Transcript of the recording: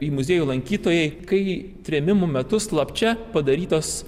į muziejų lankytojai kai trėmimų metu slapčia padarytos